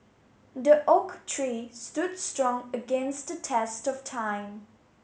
the oak tree stood strong against the test of time